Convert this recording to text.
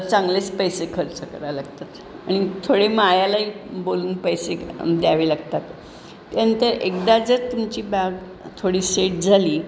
चांगलेच पैसे खर्च करायला लागतात आणि थोडे माळ्यालाही बोलून पैसे द्यावे लागतात त्यानंतर एकदा जर तुमची बाग थोडी सेट झाली